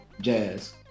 Jazz